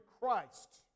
Christ